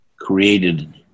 created